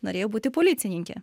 norėjau būti policininke